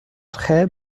très